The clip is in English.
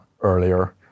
earlier